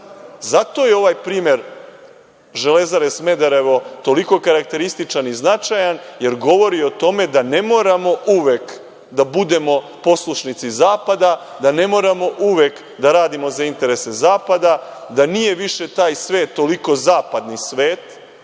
je ovaj primer Železare Smederevo toliko karakterističan i značajan, jer govori o tome da ne moramo uvek da budemo poslušnici zapada, da ne moramo uvek da radimo za interese zapada, da nije više taj svet toliko zapadni svet